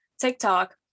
TikTok